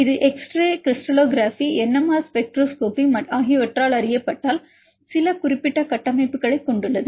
இது எக்ஸ்ரே படிகவியல் NMR spectroscopy ஆகியவற்றால் அறியப்பட்டால் சில குறிப்பிட்ட கட்டமைப்புகளைக் கொண்டுள்ளது